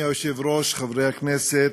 אדוני היושב-ראש, חברי הכנסת,